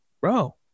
bro